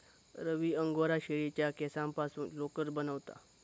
रवी angora शेळीच्या केसांपासून लोकर बनवता